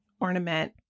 ornament